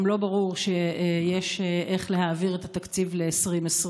לא ברור שיש איך להעביר את התקציב ל-2020,